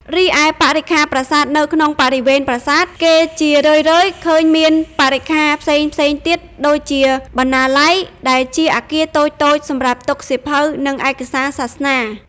រីឯបរិក្ខារប្រាសាទនៅក្នុងបរិវេណប្រាសាទ គេជារឿយៗឃើញមាន បរិក្ខារ ផ្សេងៗទៀតដូចជា បណ្ណាល័យ (ដែលជាអគារតូចៗសម្រាប់ទុកសៀវភៅ ឬឯកសារសាសនា)។